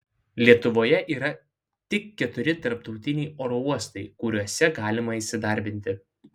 lietuvoje yra tik keturi tarptautiniai oro uostai kuriuose galima įsidarbinti